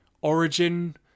origin